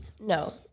No